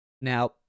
Now